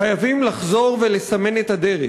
חייבים לחזור ולסמן את הדרך.